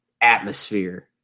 atmosphere